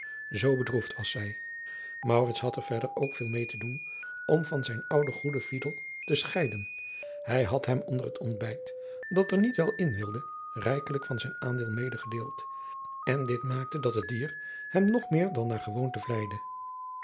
zoo bedroefd was zij maurits had er verder ook veel meê te doen om van zijn ouden goeden fidel te scheiden hij had hem onder het ontbijt dat er niet wel in wilde rijkelijk van zijn aandeel medegedeeld an dit maakte dat het dier hem nog meer dan naar gewoonte